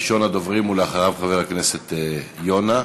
ראשון הדוברים, ואחריו, חבר הכנסת יונה.